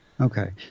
Okay